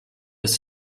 des